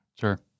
Sure